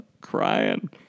crying